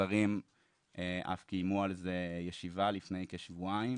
השרים אף קיימו על זה ישיבה לפני כשבועיים